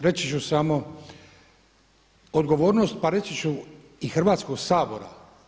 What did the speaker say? Reći ću samo odgovornost pa reći ću i Hrvatskog sabora.